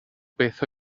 beth